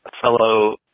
fellow